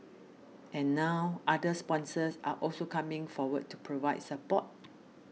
and now other sponsors are also coming forward to provide support